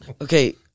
Okay